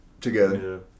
together